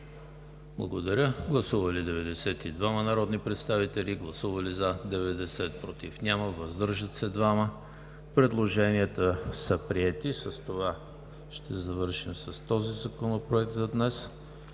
Комисията. Гласували 92 народни представители: за 90, против няма, въздържали се 2. Предложенията са приети. С това ще завършим с този законопроект за днес.